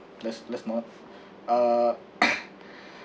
let's let's not uh